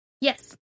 Yes